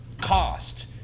cost